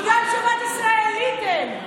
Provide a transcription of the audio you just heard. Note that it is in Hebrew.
כי גם שבת ישראלית אין.